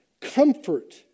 Comfort